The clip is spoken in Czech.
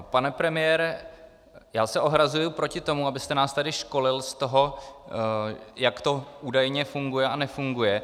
Pane premiére, já se ohrazuji proti tomu, abyste nás tady školil z toho, jak to údajně funguje a nefunguje.